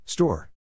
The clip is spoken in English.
Store